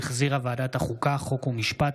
שהחזירה ועדת החוקה, חוק ומשפט.